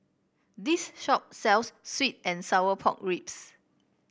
this shop sells sweet and Sour Pork Ribs